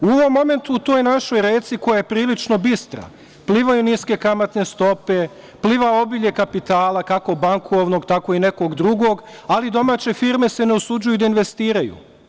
U ovom momentu, u toj našoj reci, koja je prilično bistra, plivaju niske kamatne stope, pliva obilje kapitala, kako bankovnog, tako i nekog drugog, ali domaće firme se ne usuđuju da investiraju.